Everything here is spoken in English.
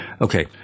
Okay